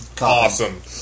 Awesome